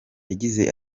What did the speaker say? yagize